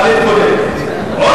נא להתכונן.